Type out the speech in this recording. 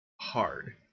hard